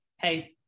hey